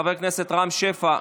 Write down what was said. חבר הכנסת רם שפע,